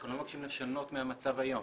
אנחנו לא מבקשים לשנות את המצב היום